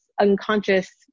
unconscious